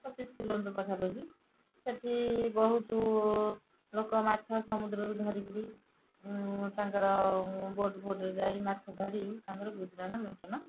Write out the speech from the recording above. ପଚିଶ କିଲୋମିଟର ପାଖାପାଖି ସେଠି ବହୁତ ଲୋକ ମାଛ ସମୁଦ୍ରରୁ ଧରିକିରି ତାଙ୍କର ବୋଟ ଫୋଟରେ ଯାଇ ମାଛ ଧରି ତାଙ୍କର ଗୁଜୁରାଣ ମେଣ୍ଟଣ କରନ୍ତି